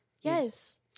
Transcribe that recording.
Yes